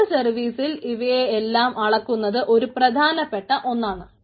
cloud സർവീസിൽ ഇവയെ എല്ലാം അളക്കുന്നത് ഒരു പ്രധാനപ്പെട്ട ഒന്നാണ്